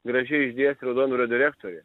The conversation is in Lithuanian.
gražiai išdėstė raudondvario direktorė